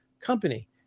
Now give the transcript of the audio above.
company